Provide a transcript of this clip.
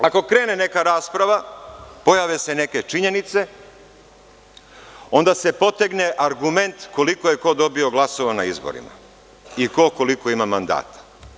Ako krene neka rasprava, pojave se neke činjenice, onda se potegne argument koliko je ko dobio glasova na izborima i ko koliko ima mandata.